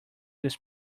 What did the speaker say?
this